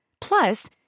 Plus